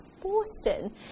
Boston